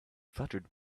fluttered